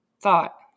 thought